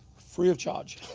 free of charge.